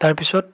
তাৰ পিছত